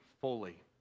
fully